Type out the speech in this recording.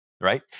right